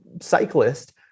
cyclist